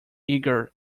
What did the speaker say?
eager